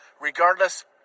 regardless